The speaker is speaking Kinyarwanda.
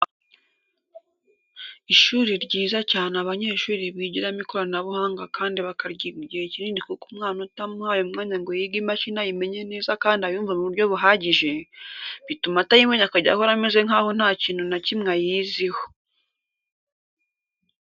Ishuri ryiza cyane abanyeshuri bigiramo ikoranabuhanga kandi bakaryiga igihe kinini kuko umwana utamuhaye umwanya ngo yige imashini ayimenye neza kandi ayumve mu buryo buhagije, bituma atayimenya akajya ahora ameze nkaho nta kintu na kimwe ayiziho.